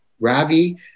Ravi